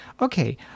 Okay